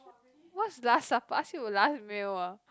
what's last supper ask you to last meal ah